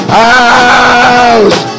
house